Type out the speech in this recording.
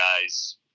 guys